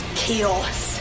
chaos